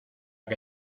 que